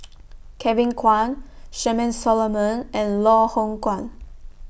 Kevin Kwan Charmaine Solomon and Loh Hoong Kwan